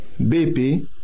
BP